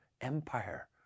empire